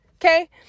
Okay